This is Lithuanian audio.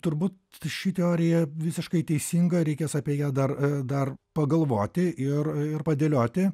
turbūt ši teorija visiškai teisinga reikės apie ją dar dar pagalvoti ir ir padėlioti